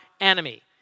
enemy